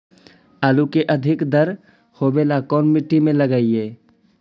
आलू के अधिक दर होवे ला कोन मट्टी में लगीईऐ?